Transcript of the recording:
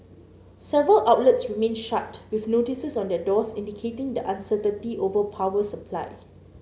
several outlets remained shut with notices on their doors indicating the uncertainty over power supply